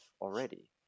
already